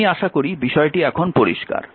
আমি আশা করি বিষয়টি এখন পরিষ্কার